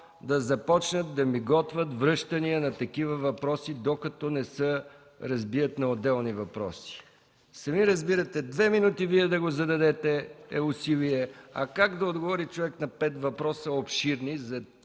да започнат да ми готвят връщания на такива въпроси, докато не се разбият на отделни въпроси. Сами разбирате – две минути да го развиете е усилие, а как да отговори човек на пет обширни